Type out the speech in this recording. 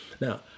Now